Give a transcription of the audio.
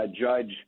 judge